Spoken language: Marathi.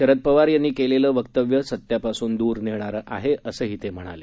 शरद पवार यांनी केलेलं वक्तव्य सत्यापासून दूर नेणारं आहे असंही ते म्हणाले